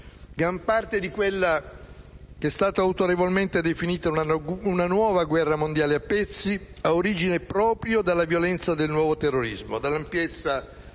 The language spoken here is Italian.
Gran parte di quella che è stata autorevolmente definita una nuova guerra mondiale a pezzi ha origine proprio dalla violenza del nuovo terrorismo, dall'ampiezza